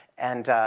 and